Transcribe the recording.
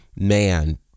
Man